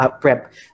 prep